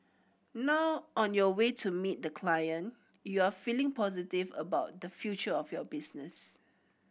now on your way to meet the client you are feeling positive about the future of your business